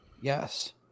Yes